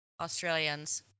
Australians